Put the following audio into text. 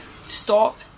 stop